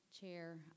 chair